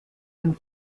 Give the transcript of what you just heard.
dem